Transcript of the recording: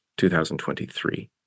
2023